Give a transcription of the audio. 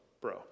bro